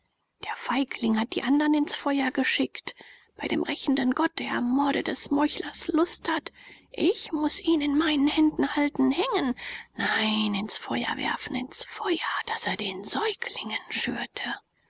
der feigling hat die andern ins feuer geschickt bei dem rächenden gott der am morde des meuchlers lust hat ich muß ihn in meinen händen halten hängen nein ins feuer werfen ins feuer das er den säuglingen schürte